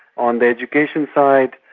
on the education side,